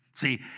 See